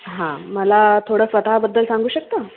हां मला थोडं स्वतःबद्दल सांगू शकता